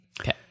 okay